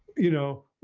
you know,